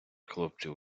хлопців